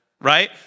right